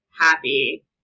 happy